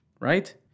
right